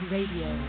Radio